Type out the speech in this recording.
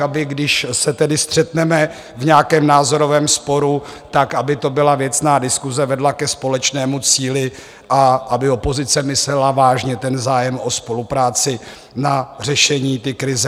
Aby když se tedy střetneme v nějakém názorovém sporu, tak aby to byla věcná diskuse, vedla ke společnému cíli a aby opozice myslela vážně ten zájem o spolupráci na řešení té krize.